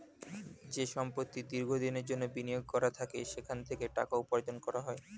যে সম্পত্তি দীর্ঘ দিনের জন্যে বিনিয়োগ করা থাকে সেখান থেকে টাকা উপার্জন করা যায়